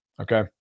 Okay